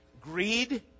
Greed